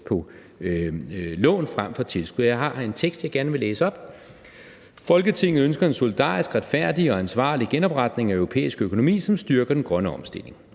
på lån frem for tilskud. Jeg har en tekst, jeg gerne vil læse op: Forslag til vedtagelse »Folketinget ønsker en solidarisk, retfærdig og ansvarlig genopretning af europæisk økonomi, som styrker den grønne omstilling.